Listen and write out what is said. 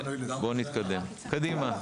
בואו נתקדם, קדימה.